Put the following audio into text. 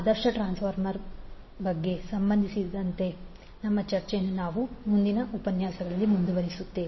ಆದರ್ಶ ಟ್ರಾನ್ಸ್ಫಾರ್ಮರ್ಗೆ ಸಂಬಂಧಿಸಿದ ನಮ್ಮ ಚರ್ಚೆಯನ್ನು ನಾವು ಮುಂದುವರಿಸುತ್ತೇವೆ